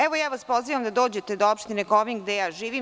Evo, ja vas pozivam da dođete do opštine Kovin gde ja živim.